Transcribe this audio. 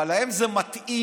אבל להם זה מתאים.